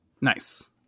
nice